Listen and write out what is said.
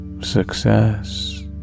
success